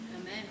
Amen